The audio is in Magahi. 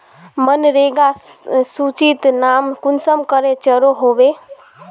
मनरेगा सूचित नाम कुंसम करे चढ़ो होबे?